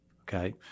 Okay